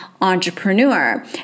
entrepreneur